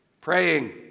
Praying